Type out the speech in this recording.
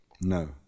No